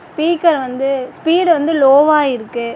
speaker வந்து speed வந்து லோவாக இருக்கு